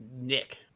Nick